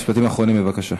משפטים אחרונים, בבקשה.